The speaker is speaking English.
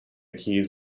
keys